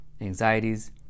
anxieties